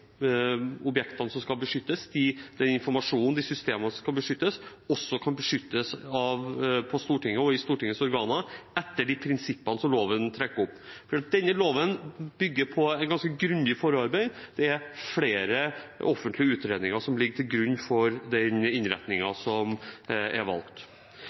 objektene som skal beskyttes, informasjonen og systemene som skal beskyttes, også kan beskyttes på Stortinget og i Stortingets organer etter de prinsippene som loven trekker opp. Denne loven bygger på et ganske grundig forarbeid. Det er flere offentlige utredninger som ligger til grunn for innretningen som er valgt.